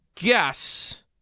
Guess